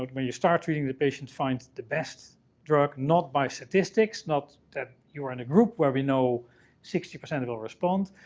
when you start treating the patient, find the best drug, not by statistics, not that you're in a group where we know sixty percent will respond.